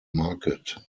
market